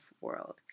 World